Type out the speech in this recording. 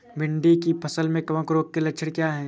भिंडी की फसल में कवक रोग के लक्षण क्या है?